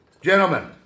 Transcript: Gentlemen